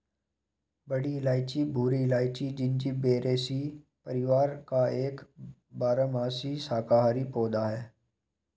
बड़ी इलायची भूरी इलायची, जिंजिबेरेसी परिवार का एक बारहमासी शाकाहारी पौधा है